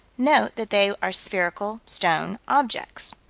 note that they are spherical stone objects.